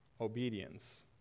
obedience